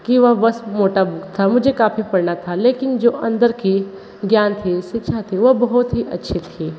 कि वह बस मोटा बुक था मुझे काफ़ी पढ़ना था लेकिन जो अंदर की ज्ञान थी शिक्षा थी वह बहुत ही अच्छी थी